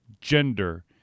gender